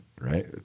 right